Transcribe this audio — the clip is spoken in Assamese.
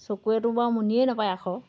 চকুৱেতো বাৰু মনিয়ে নাপায় আখৰ